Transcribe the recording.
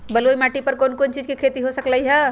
बलुई माटी पर कोन कोन चीज के खेती हो सकलई ह?